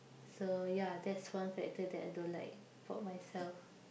so ya that's one character that I don't like for myself